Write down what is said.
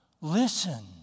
listen